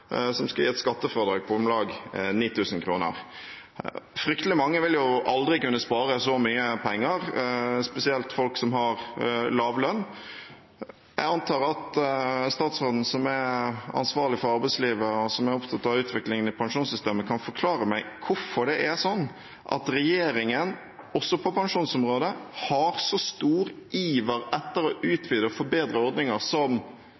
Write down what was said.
som skal gi et skattefradrag på om lag 9 000 kr. Fryktelig mange vil aldri kunne spare så mye penger, spesielt folk som har lav lønn. Jeg antar at statsråden som er ansvarlig for arbeidslivet, og som er opptatt av utviklingen i pensjonssystemet, kan forklare meg hvorfor det er sånn at regjeringen, også på pensjonsområdet, har så stor iver etter å utvide og forbedre ordninger som